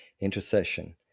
Intercession